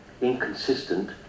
inconsistent